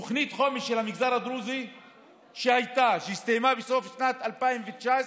תוכנית החומש של המגזר הדרוזי שהסתיימה בסוף שנת 2019,